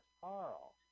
Carl